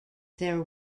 there